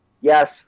Yes